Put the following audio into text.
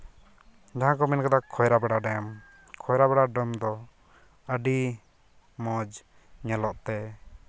ᱡᱟᱦᱟᱸ ᱠᱚ ᱢᱮᱱᱠᱟᱫᱟ ᱠᱷᱚᱭᱨᱟ ᱯᱟᱲᱟ ᱰᱮᱢ ᱠᱷᱚᱭᱨᱟ ᱯᱟᱲᱟ ᱰᱮᱢᱫᱚ ᱟᱹᱰᱤ ᱢᱚᱡᱽ ᱧᱮᱞᱚᱜ ᱛᱮ